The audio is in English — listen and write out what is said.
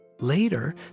Later